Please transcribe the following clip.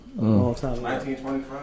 1925